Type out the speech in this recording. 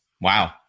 Wow